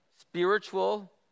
spiritual